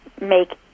make